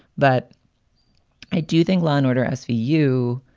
but i do think law and order, as for you,